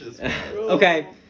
Okay